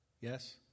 Yes